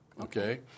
okay